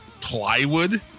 plywood